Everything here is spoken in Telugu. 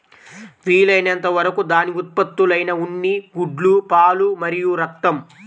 వీలైనంత వరకు దాని ఉత్పత్తులైన ఉన్ని, గుడ్లు, పాలు మరియు రక్తం